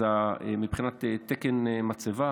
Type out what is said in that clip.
אז מבחינת תקן מצבה,